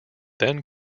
then